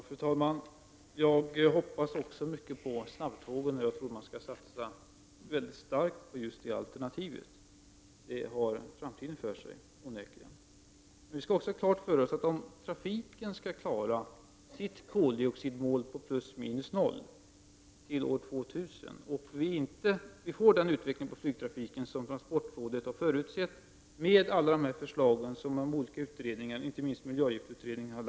Fru talman! Också jag hoppas mycket på snabbtågen, och jag tror att man bör satsa mycket kraftigt på det alternativet. Det har uppenbarligen framtiden för sig. Om utvecklingen av flygtrafiken fram till år 2000 blir den som transportrådet förutspår och om den ökning av koldioxidutsläppen som kommer att förorsakas av flyget skall kompenseras med minskad vägtrafik, så måste denna minska med 10 96.